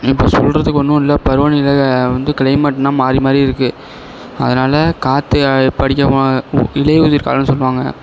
இப்போ சொல்றதுக்கு ஒன்றும் இல்லை பருவநிலையில் வந்து கிளைமெட்டெலாம் மாறி மாறி இருக்குது அதனால காற்று எப்போ அடிக்க போனாலும் இலை உதிர் காலம்னு சொல்லுவாங்க